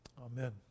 Amen